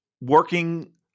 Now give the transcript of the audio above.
working